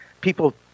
people